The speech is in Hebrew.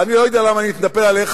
אני לא יודע למה אני מתנפל עליך,